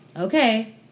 okay